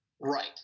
Right